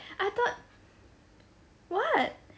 I thought what